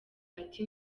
ati